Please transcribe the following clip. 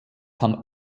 kann